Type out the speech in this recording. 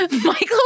Michael